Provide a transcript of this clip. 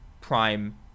prime